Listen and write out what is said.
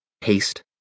haste